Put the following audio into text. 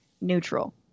neutral